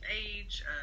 age